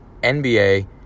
NBA